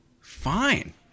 fine